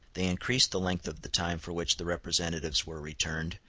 they increased the length of the time for which the representatives were returned,